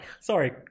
sorry